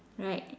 right